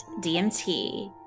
DMT